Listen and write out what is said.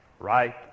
right